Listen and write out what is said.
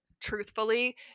truthfully